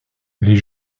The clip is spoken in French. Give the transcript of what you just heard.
les